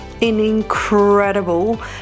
incredible